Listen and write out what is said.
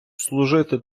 служити